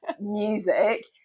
music